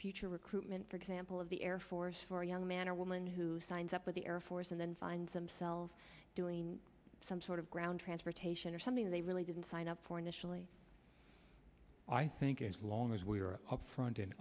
future recruitment for example of the air force for a young man or woman who signs up with the air force and then find themselves doing some sort of ground transportation or something they really didn't sign up for initially i think as long as we are up front and